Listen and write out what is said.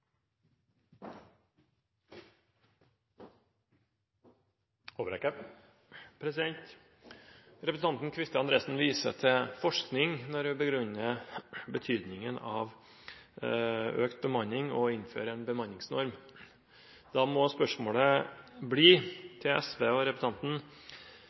Representanten Kvifte Andresen viser til forskning når hun begrunner betydningen av økt bemanning og å innføre en bemanningsnorm. Da må spørsmålet bli, til SV og representanten: